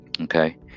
Okay